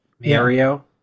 Mario